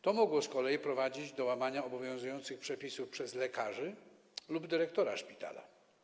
To mogło z kolei prowadzić do łamania obowiązujących przepisów przez lekarzy lub dyrektora szpitala.